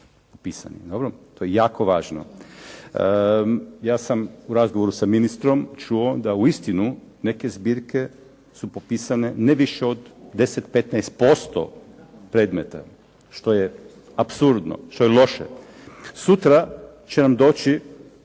popisani. To je jako važno. Ja sam u razgovoru sa ministrom čuo da uistinu neke zbirke su popisane ne više od 10, 15% predmeta što je apsurdno, što je loše. Sutra će nam doći